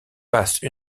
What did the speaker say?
passe